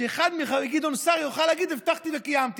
שאחד, גדעון סער יוכל להגיד: הבטחתי וקיימתי.